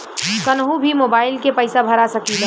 कन्हू भी मोबाइल के पैसा भरा सकीला?